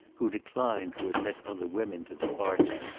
who declined to admit other women to the party,